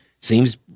Seems